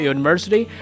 University